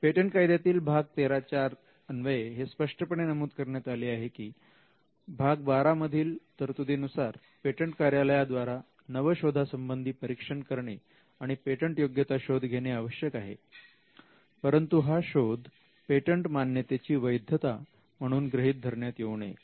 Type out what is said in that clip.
patent कायद्यातील भाग 13 अन्वये हे स्पष्टपणे नमूद करण्यात आले आहे की भाग 12 मधील तरतुदीनुसार पेटंट कार्यालया द्वारा नवशोधा संबंधी परीक्षण करणे आणि पेटंटयोग्यता शोध घेणे आवश्यक आहे परंतु हा शोध पेटंट मान्यतेची वैधता म्हणून गृहीत धरण्यात येऊ नये